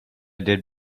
did